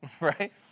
right